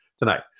tonight